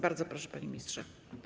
Bardzo proszę, panie ministrze.